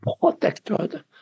protected